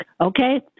okay